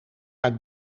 uit